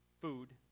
food